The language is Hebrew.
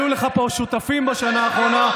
היו לך פה שותפים בשנה האחרונה,